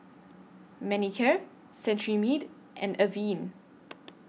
Manicare Cetrimide and Avene